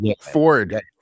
Ford